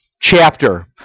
chapter